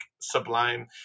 Sublime